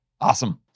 Awesome